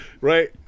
right